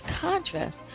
contrast